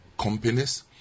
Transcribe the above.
companies